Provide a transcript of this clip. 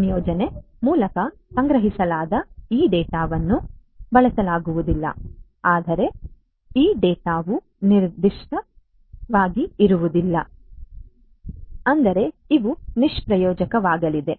ನಿಯೋಜನೆಯ ಮೂಲಕ ಸಂಗ್ರಹಿಸಲಾದ ಈ ಡೇಟಾವನ್ನು ಬಳಸಲಾಗುವುದಿಲ್ಲ ಅಂದರೆ ಈ ಡೇಟಾವು ನಿಷ್ಪ್ರಯೋಜಕವಾಗಲಿದೆ